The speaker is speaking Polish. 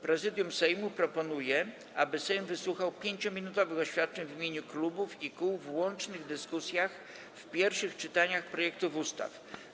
Prezydium Sejmu proponuje, aby Sejm wysłuchał 5-minutowych oświadczeń w imieniu klubów i kół w łącznych dyskusjach w pierwszych czytaniach projektów ustaw